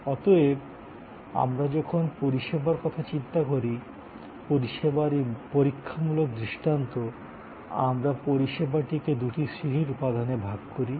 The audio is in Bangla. অতএব যখন আমরা পরিষেবার কথা চিন্তা করি পরিষেবার এই পরীক্ষামূলক দৃষ্টান্ত আমরা পরিষেবাটিকে দুটি শ্রেণীর উপাদানে ভাগ করি